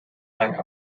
rang